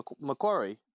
Macquarie